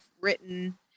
written